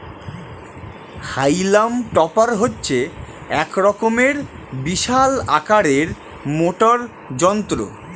হাইলাম টপার হচ্ছে এক রকমের বিশাল আকারের মোটর যন্ত্র